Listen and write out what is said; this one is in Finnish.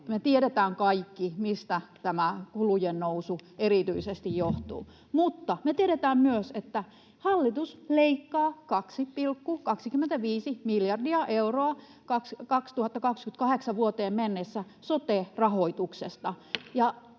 Me tiedetään kaikki, mistä tämä kulujen nousu erityisesti johtuu, mutta me tiedetään myös, että hallitus leikkaa 2,25 miljardia euroa sote-rahoituksesta